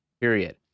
period